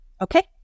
okay